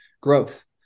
growth